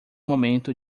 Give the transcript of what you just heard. momento